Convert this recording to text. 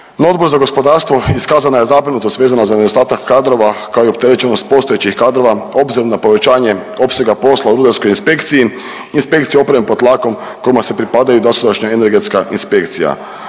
na Odboru za gospodarstvu iskazana je zabrinutost vezana za nedostatak kadrova, kao i opterećenost postojećih kadrova obzirom na povećanje opsega poslova rudarskoj inspekciji, inspekciji opreme pod tlakom kojima se pripadaju dosadašnja energetska inspekcija.